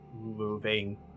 moving